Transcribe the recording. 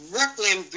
Brooklyn